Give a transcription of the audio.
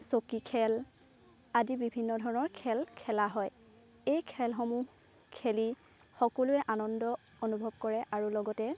চকী খেল আদি বিভিন্ন ধৰণৰ খেল খেলা হয় এই খেলসমূহ খেলি সকলোৱে আনন্দ অনুভৱ কৰে আৰু লগতে